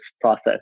process